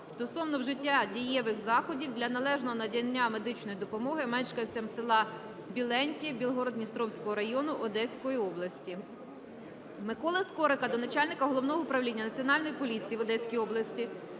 стосовно вжиття дієвих заходів для належного надання медичної допомоги мешканцям села Біленьке Білгород-Дністровського району Одеської області. Миколи Скорика до начальника Головного управління Національної поліції в Одеській області,